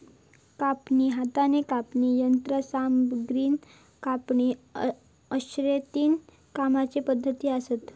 कापणी, हातान कापणी, यंत्रसामग्रीन कापणी अश्ये तीन कापणीचे पद्धती आसत